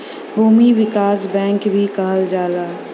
भूमि विकास बैंक भी कहल जाला